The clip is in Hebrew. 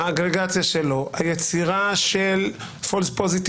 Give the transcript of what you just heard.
האגרגציה שלו, והיצירה של False Positives